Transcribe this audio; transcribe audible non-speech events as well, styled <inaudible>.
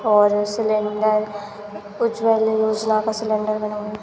और सिलिंडर उज्ज्वला योजना का सिलिंडर <unintelligible>